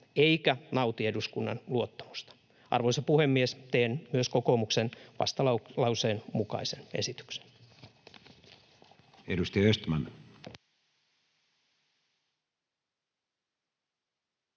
eivätkä nauti eduskunnan luottamusta.” Arvoisa puhemies! Teen myös kokoomuksen vastalauseen mukaisen esityksen.